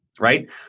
right